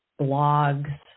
blogs